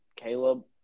Caleb